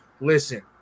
listen